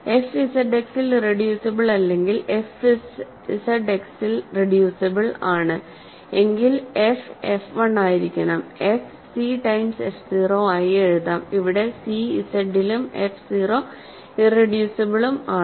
F Z എക്സിൽ irreducible അല്ലെങ്കിൽ F Z എക്സിൽ റെഡ്യൂസിബിൾ ആണ്എങ്കിൽ എഫ് എഫ് 1 ആയിരിക്കണം എഫ് സി ടൈംസ് എഫ് 0 ആയി എഴുതാം ഇവിടെ സി ഇസഡിലും എഫ് 0 ഇറെഡ്യൂസിബിളുമാണ്